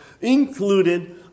included